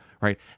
right